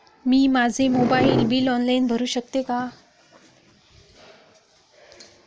मी माझे mobile bill online भरू शकते का?